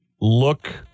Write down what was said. look